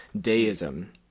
deism